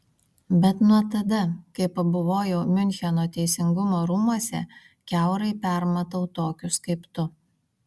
bet nuo tada kai pabuvojau miuncheno teisingumo rūmuose kiaurai permatau tokius kaip tu